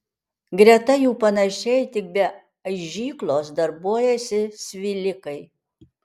greta jų panašiai tik be aižyklos darbuojasi svilikai